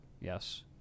Yes